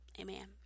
amen